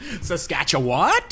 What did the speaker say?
Saskatchewan